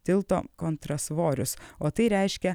tilto kontra svorius o tai reiškia